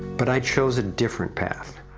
but i chose a different path.